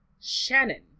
Shannon